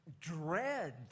dread